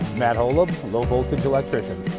matt holub, low voltage electrician.